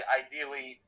ideally